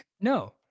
no